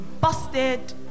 busted